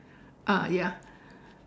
ah ya